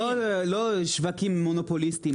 לא שווקים מונופוליסטיים.